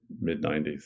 mid-90s